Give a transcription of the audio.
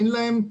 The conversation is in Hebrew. אין להם,